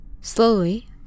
Slowly